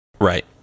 Right